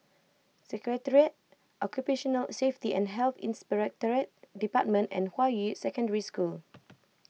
Secretariat Occupational Safety and Health Inspectorate Department and Hua Yi Secondary School